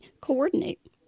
coordinate